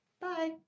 bye